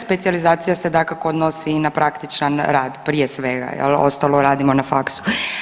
Specijalizacija se dakako odnosi i na praktičan rad prije svega jel, ostalo radimo na faksu.